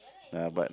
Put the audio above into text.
uh but